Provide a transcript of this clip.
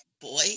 boy